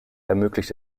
ermöglicht